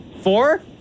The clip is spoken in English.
four